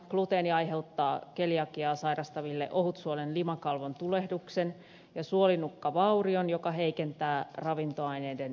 gluteeni aiheuttaa keliakiaa sairastaville ohutsuolen limakalvon tulehduksen ja suolinukkavaurion joka heikentää ravintoaineiden imeytymistä